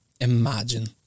Imagine